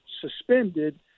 suspended